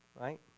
right